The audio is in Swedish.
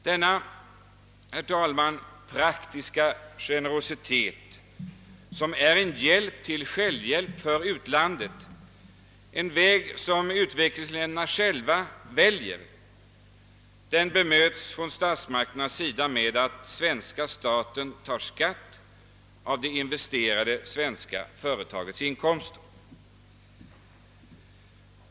Denna praktiska generositet, herr talman, som är en hjälp till självhjälp för u-landet, en väg som u-länderna själva väljer, bemöts från statsmakternas sida med att den svenska staten tar skatt av det investerande svenska företagets inkomster.